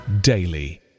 daily